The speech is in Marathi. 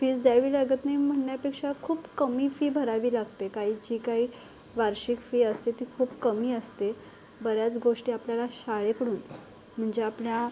फीज द्यावी लागत नाही म्हणण्यापेक्षा खूप कमी फी भरावी लागते काही जी काही वार्षिक फी असते ती खूप कमी असते बऱ्याच गोष्टी आपल्याला शाळेकडून म्हणजे आपल्या